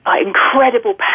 incredible